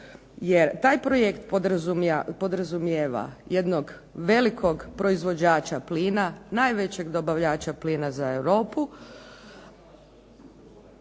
taj projekt podrazumijeva jednog velikog proizvođača plina, najvećeg dobavljača plina za Europu